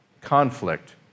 conflict